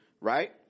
Right